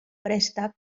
préstec